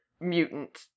mutant